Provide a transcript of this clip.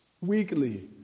weekly